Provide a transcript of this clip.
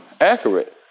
Accurate